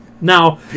Now